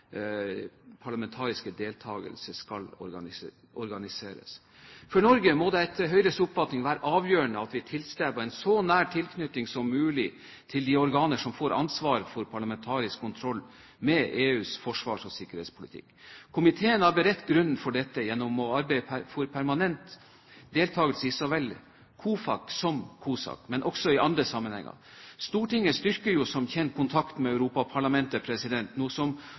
parlamentariske deltakelse skal organiseres. For Norge må det, etter Høyres oppfatning, være avgjørende at vi tilstreber en så nær tilknytning som mulig til de organer som får ansvaret for parlamentarisk kontroll med EUs forsvars- og sikkerhetspolitikk. Komiteen har beredt grunnen for dette gjennom å arbeide for permanent deltakelse i så vel COFAC som COSAC, men også i andre sammenhenger. Stortinget styrker jo som kjent kontakten med Europaparlamentet, noe som også bør kunne gi oss inngrep med EUs politikk. Det haster derfor nå